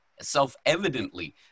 self-evidently